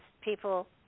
people